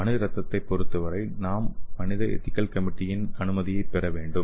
மனித இரத்தத்தைப் பொறுத்தவரை நாம் மனித எதிகல் கமிட்டியின் அனுமதியை பெற வேண்டும்